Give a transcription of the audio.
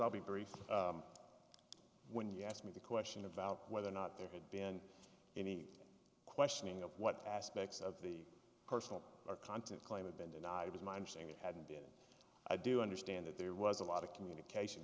i'll be brief when you ask me the question about whether or not there had been any questioning of what aspects of the personal or content claim have been denied it is my understanding had been i do understand that there was a lot of communication